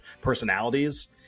personalities